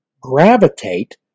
gravitate